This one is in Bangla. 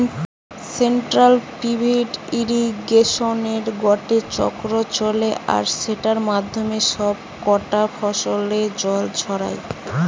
সেন্ট্রাল পিভট ইর্রিগেশনে গটে চক্র চলে আর সেটার মাধ্যমে সব কটা ফসলে জল ছড়ায়